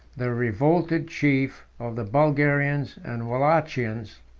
the revolted chief of the bulgarians and walachians.